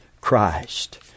Christ